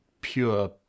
pure